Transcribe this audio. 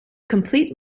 complete